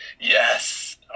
Yes